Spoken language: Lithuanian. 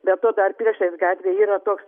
be to dar priešais gatvėj yra toks